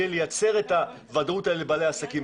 לייצר את הוודאות הזאת לבעלי העסקים.